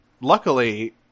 luckily